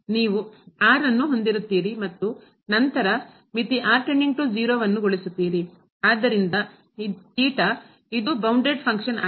ಆದ್ದರಿಂದ ನೀವು ಅನ್ನು ಹೊಂದಿರುತ್ತೀರಿ ಮತ್ತು ನಂತರಮಿತಿ ಗೊಳಿಸುತ್ತೀರಿ ಆದ್ದರಿಂದ ಇದು ಇದು ಬೌಂಡೆಡ್ ಫಂಕ್ಷನ್ ಆಗಿದೆ